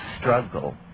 struggle